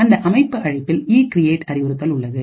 அந்த அமைப்பு அழைப்பில் இ கிரியேட் அறிவுறுத்தல் உள்ளது